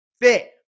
fit